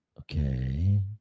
Okay